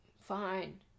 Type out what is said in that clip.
fine